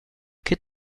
che